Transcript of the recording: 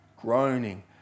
groaning